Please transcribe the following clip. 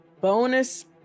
bonus